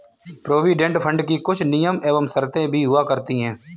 provident fund की कुछ नियम एवं शर्तें भी हुआ करती हैं